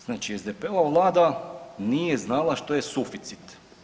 Znači SDP-ova Vlada nije znala što je suficit.